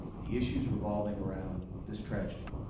the issues revolving around this tragedy,